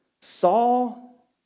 Saul